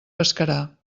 pescarà